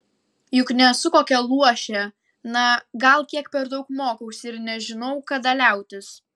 juk nesu kokia luošė na gal kiek per daug mokausi ir nežinau kada liautis